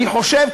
אני חושב,